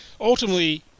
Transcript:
Ultimately